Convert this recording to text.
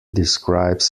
describes